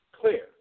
Clear